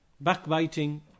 backbiting